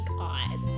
eyes